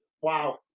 Wow